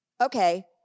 okay